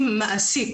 אם מעסיק